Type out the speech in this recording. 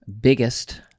biggest